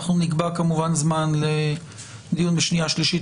אנחנו נקבע כמובן זמן לדיון בקריאה שנייה ושלישית,